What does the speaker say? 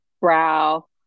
brow